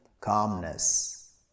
calmness